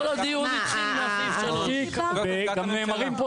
כל הדיון התחיל מסעיף 3. גם נאמרים פה